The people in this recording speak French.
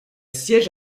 siège